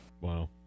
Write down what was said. Wow